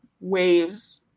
waves